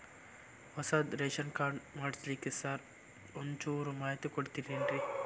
ಹೊಸದ್ ration card ಮಾಡ್ಬೇಕ್ರಿ sir ಒಂಚೂರ್ ಮಾಹಿತಿ ಕೊಡ್ತೇರೆನ್ರಿ?